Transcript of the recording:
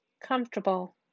Comfortable